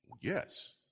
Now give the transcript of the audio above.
Yes